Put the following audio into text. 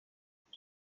kuba